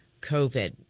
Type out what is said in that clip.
COVID